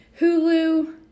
Hulu